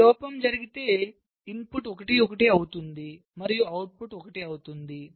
ఈ లోపం జరిగితే ఇన్పుట్ 1 1 అవుతుంది మరియు అవుట్పుట్ 1 అవుతుంది